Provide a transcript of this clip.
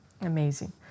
amazing